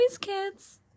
kids